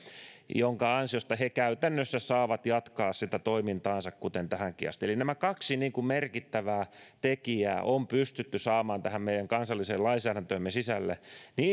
minkä ansiosta he käytännössä saavat jatkaa sitä toimintaansa kuten tähänkin asti eli nämä kaksi merkittävää tekijää on pystytty saamaan meidän kansalliseen lainsäädäntöömme sisälle niin